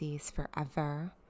forever